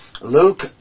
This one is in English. Luke